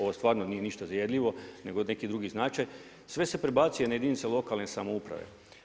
Ovo stvarno nije ništa zajedljivo nego neki drugi značaj, sve se prebacuje ja jedinice lokalne samouprave.